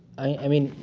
i mean,